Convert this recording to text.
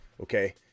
okay